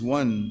one